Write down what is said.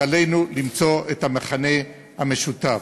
ועלינו למצוא את המכנה המשותף.